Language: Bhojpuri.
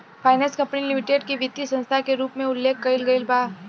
फाइनेंस कंपनी लिमिटेड के वित्तीय संस्था के रूप में उल्लेख कईल गईल बा